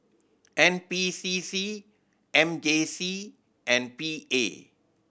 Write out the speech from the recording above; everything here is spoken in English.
N P C C M J C and P A